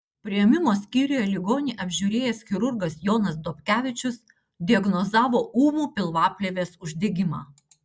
priėmimo skyriuje ligonį apžiūrėjęs chirurgas jonas dobkevičius diagnozavo ūmų pilvaplėvės uždegimą